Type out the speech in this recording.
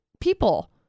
people